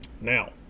now